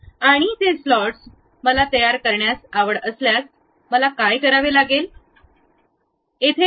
आणि ते स्लॉट्स मला ते तयार करण्यास आवड असल्यास मला काय करावे लागेल सरळ स्लॉट